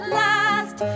last